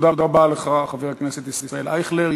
תודה רבה לך, חבר הכנסת ישראל אייכלר.